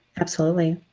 absolutely.